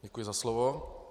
Děkuji za slovo.